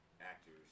actors